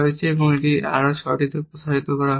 এবং এটিও 6টি প্রসারিত করা হয়েছে